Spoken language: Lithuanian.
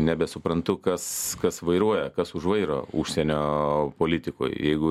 nebesuprantu kas kas vairuoja kas už vairo užsienio politikoj jeigu